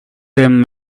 them